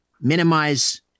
minimize